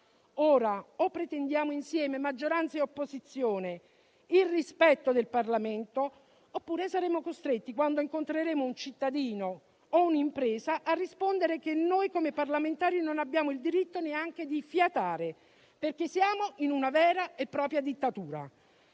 Ora o pretendiamo insieme - maggioranza e opposizione - il rispetto del Parlamento oppure saremo costretti, quando incontreremo un cittadino o un'impresa, a rispondere che noi come parlamentari non abbiamo il diritto neanche di fiatare, perché siamo in una vera e propria dittatura.